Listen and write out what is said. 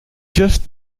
just